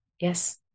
Yes